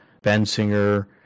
bensinger